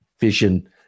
vision